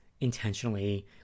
intentionally